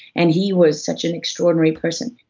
and he was such an extraordinary person.